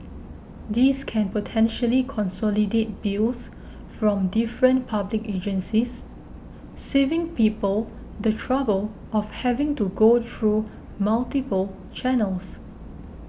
this can potentially consolidate bills from different public agencies saving people the trouble of having to go through multiple channels